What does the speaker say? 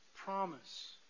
promise